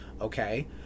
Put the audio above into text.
okay